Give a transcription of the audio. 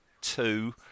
two